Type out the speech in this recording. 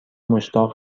مشتاق